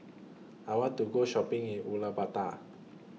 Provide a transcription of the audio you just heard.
I want to Go Shopping in Ulaanbaatar